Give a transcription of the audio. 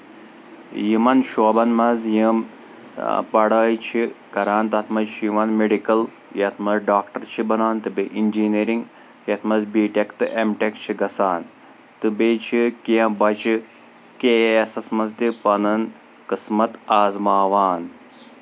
یِمن شوبَن منٛز یِم پَڑٲے چھِ کران تَتھ منٛز چھُ یِوان میٚڈکٕل یَتھ منٛز ڈاکٹر چھِ بَنان تہٕ بیٚیہِ انجینٔرنٛگ یَتھ منٛز بی ٹیٚک تہٕ ایم ٹیٚک چھِ گژھان تہٕ بیٚیہِ چھِ کیٚنٛہہ بَچہٕ کے اے ایسس منٛز تہٕ پانُن قٕسمَت آزماوان